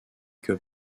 que